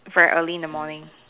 for early in the morning